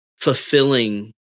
fulfilling